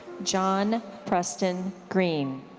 john preston green.